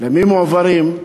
למי מועברים?